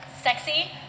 Sexy